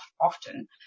often